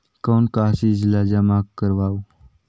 कौन का चीज ला जमा करवाओ?